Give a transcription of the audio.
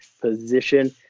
position